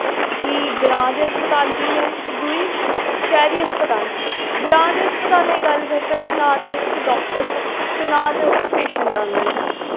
कि ग्रांऽ दे हस्पताल कनेह् न ते दुई शैह्री हस्पताल ग्रांऽ दे हस्पतालें दी गल्ल करचै ते नां ते उत्थै डाक्टर न ते नां ते उत्थै पेशैंट आंदे न